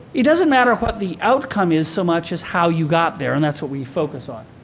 it doesn't matter what the outcome is so much as how you got there. and that's what we focus on.